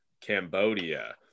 cambodia